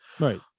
Right